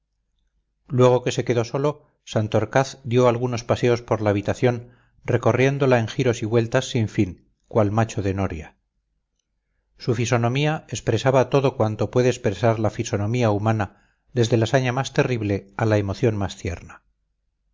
luego que se quedó solo santorcaz dio algunos paseos por la habitación recorriéndola en giros y vueltas sin fin cual macho de noria su fisonomía expresaba todo cuanto puede expresar la fisonomía humana desde la saña más terrible a la emoción más tierna